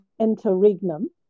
Interregnum